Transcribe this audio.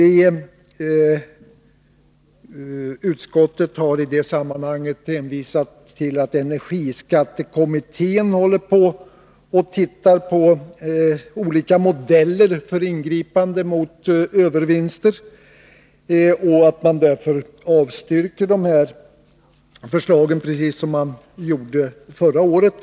Utskottet har i det sammanhanget hänvisat till att energiskattekommittén håller på att se över olika modeller när det gäller ingripande mot övervinster. Därför avstyrker man detta förslag, precis som man gjorde förra året.